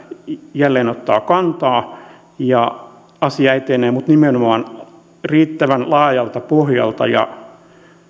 jälleen ottaa kantaa ja asia etenee mutta nimenomaan riittävän laajalta pohjalta ja se